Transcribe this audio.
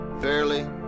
fairly